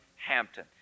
Hampton